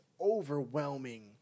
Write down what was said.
overwhelming